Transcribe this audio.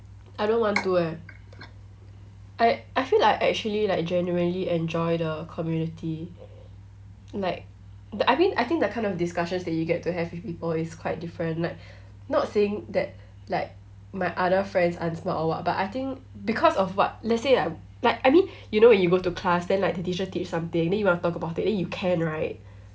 I don't want to eh I I feel like I actually like genuinely enjoy the community like the I mean I think the kind of discussions that you get to have with people is quite different like not saying that like my other friends aren't smart or what but I think because of what let's say I like I mean you know when you go to class then like the teacher teach something then you wanna talk about it then you can right